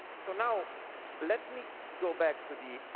so now let me go back to the